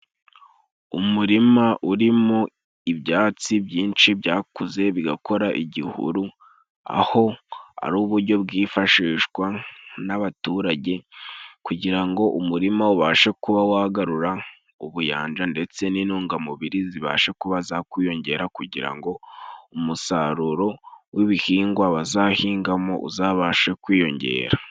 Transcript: Umurima urimo ibyatsi byinshi byakuze bigakora igihuru; aho ari uburyo bwifashishwa n'abaturage kugira ngo umurima ubashe kuba wagarura ubuyanja ndetse n'intungamubiri zibashe kuba zakwiyongera, kugira ngo umusaruro w'ibihingwa bazahingamo uzabashe kwiyongera.